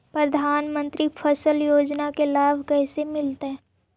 प्रधानमंत्री फसल योजना के लाभ कैसे मिलतै?